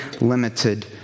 limited